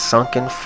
Sunken